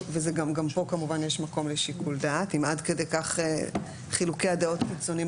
גם פה כמובן יש מקום לשיקול דעת אם עד כדי כך חילוקי הדעות קיצוניים,